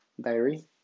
diary